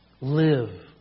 Live